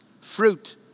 Fruit